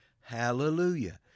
Hallelujah